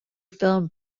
film